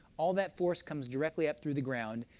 all that force comes directly up through the ground,